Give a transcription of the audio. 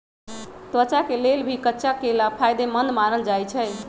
त्वचा के लेल भी कच्चा केला फायेदेमंद मानल जाई छई